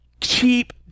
cheap